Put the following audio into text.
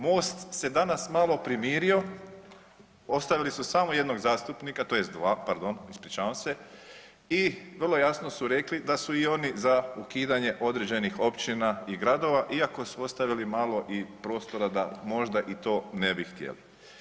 Most se danas malo primirio, ostavili su samo jednog zastupnika, tj. dva, pardon, ispričavam se i vrlo jasno su rekli da su i oni za ukidanje određenih općina i gradova iako su ostavili malo i prostora da možda i to ne bi htjeli.